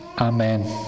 Amen